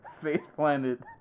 face-planted